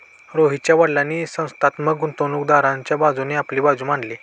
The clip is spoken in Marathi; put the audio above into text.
रोहितच्या वडीलांनी संस्थात्मक गुंतवणूकदाराच्या बाजूने आपली बाजू मांडली